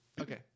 Okay